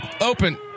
open